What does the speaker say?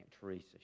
Teresa